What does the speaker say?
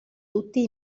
tutti